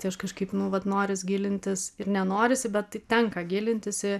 tai aš kažkaip nu vat noris gilintis ir nenorisi bet tenka gilintis į